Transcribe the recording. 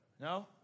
No